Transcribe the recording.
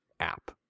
app